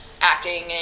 acting